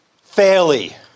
fairly